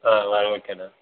ஆ ஓகேண்ணண்